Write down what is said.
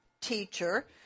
teacher